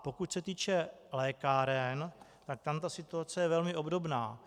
Pokud se týče lékáren, tam je situace velmi obdobná.